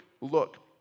look